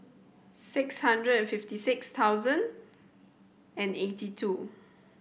six hundred and fifty six thousand and eighty two